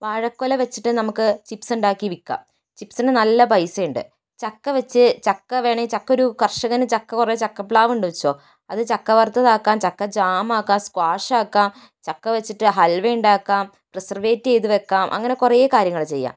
വാഴക്കുല വെച്ചിട്ട് നമുക്ക് ചിപ്സ് ഉണ്ടാക്കി വിൽക്കാം ചിപ്സിന് നല്ല പൈസയുണ്ട് ചക്ക വെച്ച് ചക്ക വേണമെങ്കിൽ ചക്ക ഒരു കർഷകന് ചക്ക കുറേ ചക്ക പ്ലാവ് ഉണ്ട് വച്ചോളൂ അത് ചക്ക വറുത്തത് ആക്കാം ചക്ക ജാം ആക്കാം സ്ക്വാഷ് ആക്കാം ചക്ക വെച്ചിട്ട് ഹൽവ ഉണ്ടാക്കാം പ്രിസർവേറ്റ് ചെയ്ത് വെക്കാം അങ്ങനെ കുറേ കാര്യങ്ങൾ ചെയ്യാം